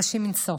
קשים מנשוא.